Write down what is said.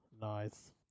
Nice